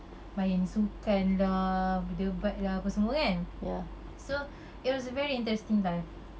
main sukan lah berdebat lah apa semua kan so it was very interesting life